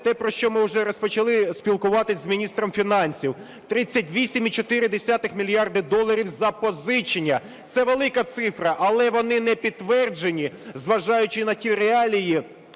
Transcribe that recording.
те, про що ми уже розпочали спілкуватись з міністром фінансів. 38,4 мільярда доларів запозичення, це велика цифра, але вони не підтверджені, зважаючи на ті реалії